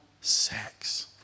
sex